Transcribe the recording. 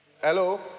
Hello